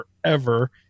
forever